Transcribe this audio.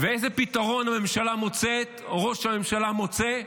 ואיזה פתרון הממשלה מוצאת, או ראש הממשלה מוצא?